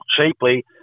cheaply